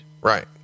Right